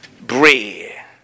Bread